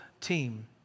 team